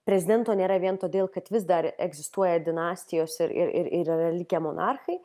prezidento nėra vien todėl kad vis dar egzistuoja dinastijos ir ir ir yra likę monarchai